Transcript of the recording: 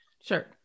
sure